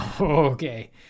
Okay